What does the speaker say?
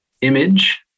Image